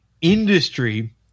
industry